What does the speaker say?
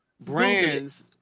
brands